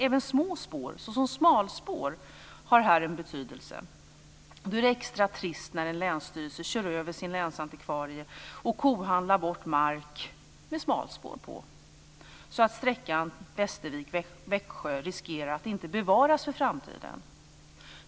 Även små spår, såsom smalspår, har här en betydelse. Då är det extra trist när en länsstyrelse kör över sin länsantikvarie och kohandlar bort mark med smalspår på, så att sträckan Västervik-Växjö riskerar att inte bevaras i framtiden.